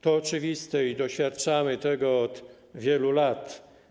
To oczywiste i doświadczamy tego od wielu lat.